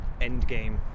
Endgame